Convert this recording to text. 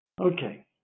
Okay